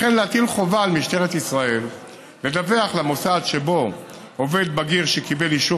ולהטיל חובה על משטרת ישראל לדווח למוסד שבו עובד בגיר שקיבל את אישורה